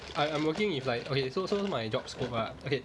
I I'm working with like okay so so my job scope ah okay